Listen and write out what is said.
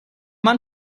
man